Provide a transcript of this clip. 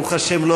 ברוך השם,